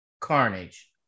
Carnage